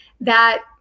that-